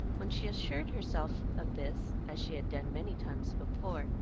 when she assured herself of this, as she had done many times before,